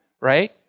right